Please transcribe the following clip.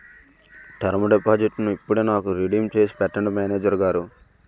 term డిపాజిట్టును ఇప్పుడే నాకు రిడీమ్ చేసి పెట్టండి మేనేజరు గారు